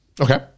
Okay